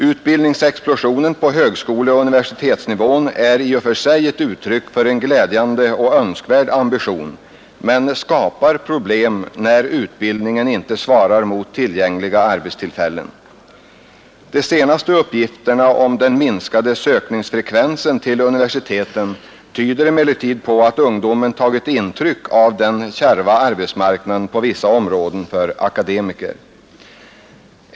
Utbildningsexplosionen på högskoleoch universitetsnivån är i och för sig uttryck för en glädjande och önskvärd ambition, men skapar problem när utbildningen inte svarar mot tillgängliga arbetstillfällen. De senaste uppgifterna om den minskade ansökningsfrekvensen vid universiteten tyder emellertid på att ungdomen tagit intryck av den kärva arbetsmarknaden på vissa områden för akademiker.